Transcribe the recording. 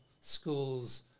schools